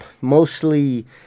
mostly